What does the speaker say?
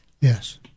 Yes